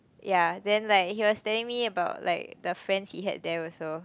ya then like he was telling me about like the friends he had there also